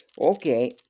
Okay